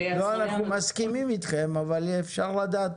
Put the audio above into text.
אנחנו מסכימים אתכם אבל אי אפשר לדעת,